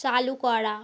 চালু করা